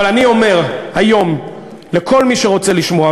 אבל אני אומר היום לכל מי שרוצה לשמוע,